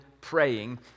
praying